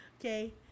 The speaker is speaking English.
okay